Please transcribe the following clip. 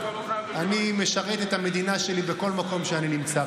אני משרת את המדינה שלי בכל מקום שבו אני נמצא,